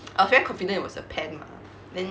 I was very confident it was a pen mah then